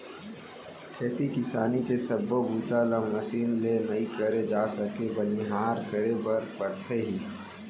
खेती किसानी के सब्बो बूता ल मसीन ले नइ करे जा सके बनिहार करे बर परथे ही